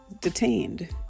detained